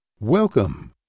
Welcome